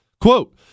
Quote